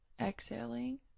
exhaling